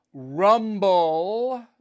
rumble